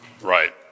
Right